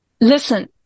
Listen